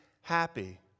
happy